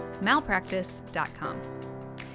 malpractice.com